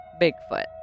Bigfoot